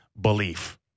belief